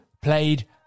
Played